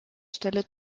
stelle